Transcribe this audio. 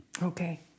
Okay